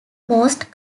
most